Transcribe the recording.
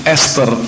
Esther